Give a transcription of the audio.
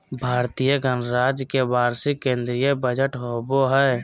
भारतीय गणराज्य के वार्षिक केंद्रीय बजट होबो हइ